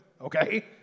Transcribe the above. okay